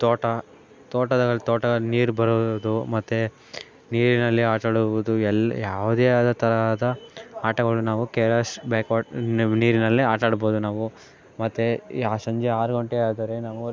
ತೋಟ ತೋಟದಲ್ಲಿ ತೋಟ ನೀರು ಬರೋದು ಮತ್ತು ನೀರಿನಲ್ಲಿ ಆಟಾಡುವುದು ಎಲ್ಲಿ ಯಾವುದೇ ಆದ ತರಹದ ಆಟಗಳು ನಾವು ಕೆ ಆರ್ ಎಸ್ ಬ್ಯಾಕ್ವಾಟ್ ನ್ ನೀರಿನಲ್ಲಿ ಆಟ ಆಡ್ಬೋದು ನಾವು ಮತ್ತು ಯಾ ಸಂಜೆ ಆರು ಗಂಟೆ ಆದರೆ ನಾವು